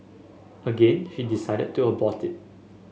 again she decided to abort it